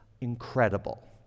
incredible